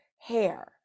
hair